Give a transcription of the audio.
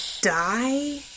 die